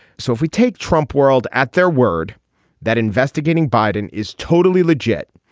so if we take trump world at their word that investigating biden is totally legit.